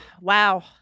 Wow